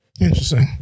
Interesting